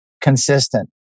consistent